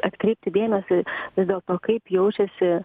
atkreipti dėmesį vis dėlto kaip jaučiasi